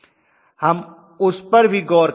हम उस पर भी गौर करेंगे